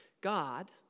God